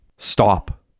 Stop